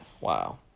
Wow